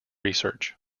research